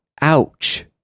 ouch